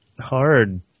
hard